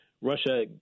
Russia